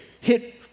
hit